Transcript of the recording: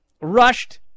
rushed